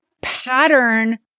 pattern